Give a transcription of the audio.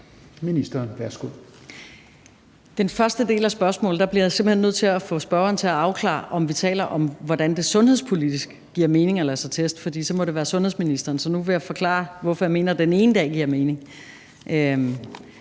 Hvad angår den første del af spørgsmålet, bliver jeg simpelt hen nødt til at få spørgeren til at afklare, om vi taler om, hvordan det sundhedspolitisk giver mening at lade sig teste, fordi det så må være sundhedsministerens område. Så nu vil jeg forklare, hvorfor jeg mener, at den ene dag giver mening.